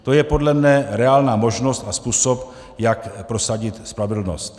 To je podle mne reálná možnost a způsob, jak prosadit spravedlnost.